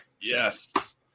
Yes